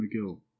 mcgill